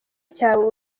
cyawe